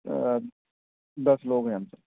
دس لوگ ہیں ہم سب